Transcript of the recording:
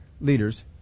leaders